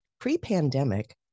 Pre-pandemic